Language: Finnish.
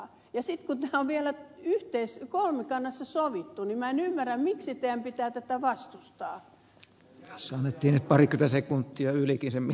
sitten kun tämä on vielä yhteisessä kolmikannassa sovittu niin minä en ymmärrä miksi teidän pitää tätä vastustaa